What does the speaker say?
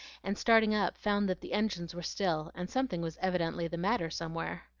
and starting up found that the engines were still, and something was evidently the matter somewhere.